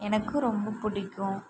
எனக்கு ரொம்ப பிடிக்கும்